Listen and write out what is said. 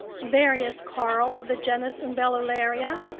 various coral of the genus umbellularia,